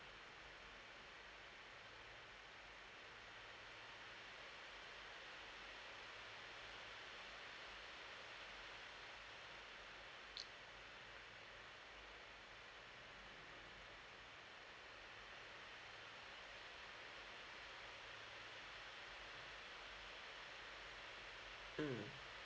mm